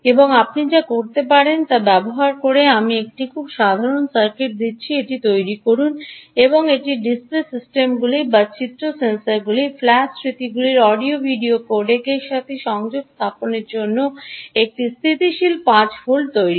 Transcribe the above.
আপনি যা করতে পারেন তা ব্যবহার করে আমি একটি খুব সাধারণ সার্কিট দিচ্ছি এটিকে তৈরি করুন এবং এই ডিসপ্লে সিস্টেমগুলি বা চিত্র সেন্সরগুলি বা ফ্ল্যাশ স্মৃতিগুলির অডিও ভিডিও কোডেক এবং এর সাথে সংযোগ স্থাপনের জন্য একটি স্থিতিশীল 5 ভোল্ট তৈরি করুন